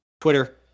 Twitter